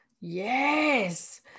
yes